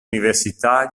università